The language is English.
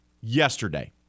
yesterday